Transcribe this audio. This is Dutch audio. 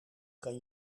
kan